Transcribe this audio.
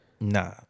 Nah